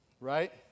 Right